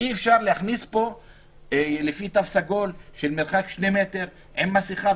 אי-אפשר להכניס פה לפי תו סגול של מרחק שני מטר עם מסיכה?